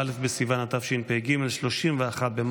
התשפ"ג 2023,